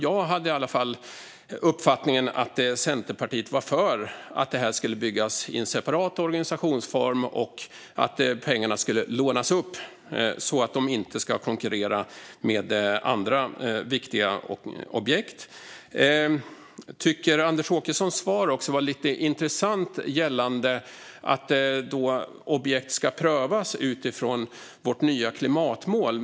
Jag hade i alla fall uppfattningen att Centerpartiet var för att höghastighetsbanorna skulle byggas i en separat organisationsform och att pengarna skulle lånas upp så att de inte konkurrerar med andra viktiga objekt. Jag tycker också att det var ett intressant svar från Anders Åkesson gällande att objekt ska prövas utifrån vårt nya klimatmål.